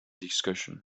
discussion